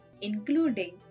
Including